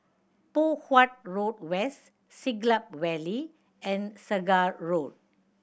Poh Huat Road West Siglap Valley and Segar Road